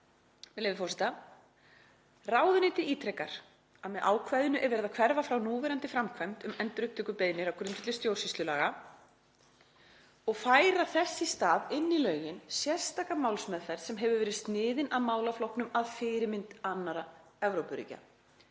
með leyfi forseta: „Ráðuneytið ítrekar að með ákvæðinu er verið að hverfa frá núverandi framkvæmd um endurupptökubeiðnir á grundvelli stjómsýslulaga og færa þess í stað inn í lögin sérstaka málsmeðferð sem hefur verið sniðin að málaflokknum að fyrirmynd annarra Evrópuríkja.“